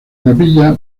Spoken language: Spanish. capilla